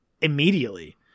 immediately